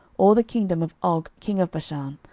all the kingdom of og king of bashan,